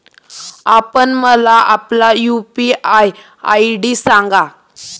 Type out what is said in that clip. आपण मला आपला यू.पी.आय आय.डी सांगा